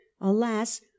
Alas